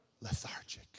Lethargic